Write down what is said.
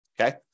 okay